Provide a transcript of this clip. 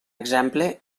exemple